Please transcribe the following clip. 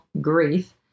grief